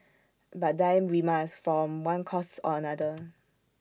but die we must from one cause or another